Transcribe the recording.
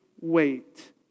wait